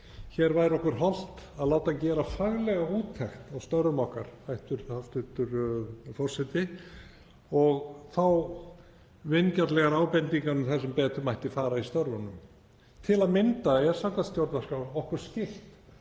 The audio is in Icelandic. Hér væri okkur hollt að láta gera faglega úttekt á störfum okkar, hæstv. forseti, og fá vingjarnlegar ábendingar um það sem betur mætti fara í störfunum. Til að mynda er samkvæmt stjórnarskrá okkur skylt